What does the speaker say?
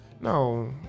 No